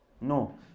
No